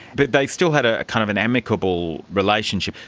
but they still had ah kind of an amicable relationship.